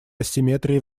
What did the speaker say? асимметрии